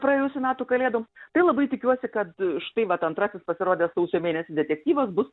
praėjusių metų kalėdom tai labai tikiuosi kad štai vat antrasis pasirodęs sausio mėnesį detektyvas bus